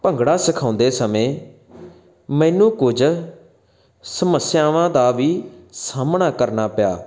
ਭੰਗੜਾ ਸਿਖਾਉਂਦੇ ਸਮੇਂ ਮੈਨੂੰ ਕੁਝ ਸਮੱਸਿਆਵਾਂ ਦਾ ਵੀ ਸਾਹਮਣਾ ਕਰਨਾ ਪਿਆ